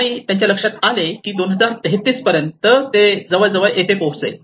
आणि त्यांच्या लक्षात आले की 2033 पर्यंत ते जवळजवळ येथे पोहोचेल